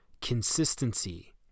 consistency